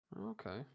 Okay